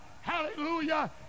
Hallelujah